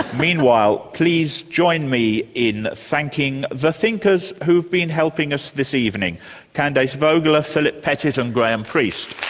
meanwhile, please join me in thanking the thinkers who've been helping us this evening candace vogler, philip pettit, and graham priest.